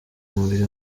umubiri